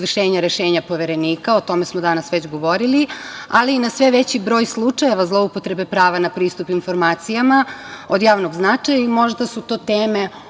rešenja Poverenika, o tome smo danas već govorili, ali i na sve veći broj slučajeva zloupotrebe prava na pristup informacijama od javnog značaja i možda su to teme